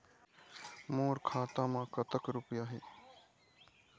मोर खाता मैं कतक रुपया हे?